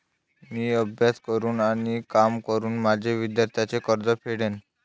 मी अभ्यास करून आणि काम करून माझे विद्यार्थ्यांचे कर्ज फेडेन